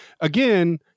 again